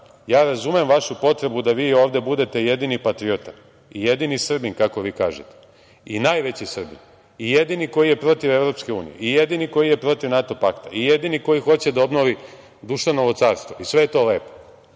ja razumem vašu potrebu da vi ovde budete jedini patriota, jedini Srbin, kako vi kažete, i najveći Srbin, i jedini koji je protiv EU, jedini koji je protiv NATO pakta, jedini koji hoće da obnovi Dušanovo carstvo i sve je to lepo,